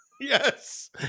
Yes